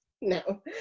No